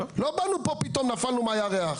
לא באנו פה פתאום ונפלנו מהירח,